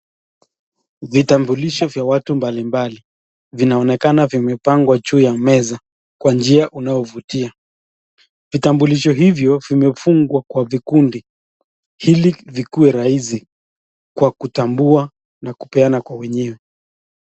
Vitambulisho vya watu mbali mbali vinaonekana vimepangwa juu ya meza kwa njia unaovutia. Vitambulisho hivyo vimefungwa kwa vikundi ili vikue rahisi kwa kutambua na kupeana kwa wenyewe.